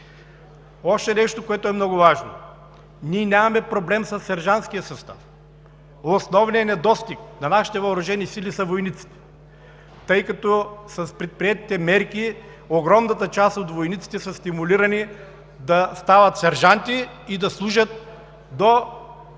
Още нещо, което е много важно. Ние нямаме проблем със сержантския състав. Основният недостиг на нашите въоръжени сили са войниците, тъй като с предприетите мерки огромната част от войниците са стимулирани да стават сержанти и да служат до пределната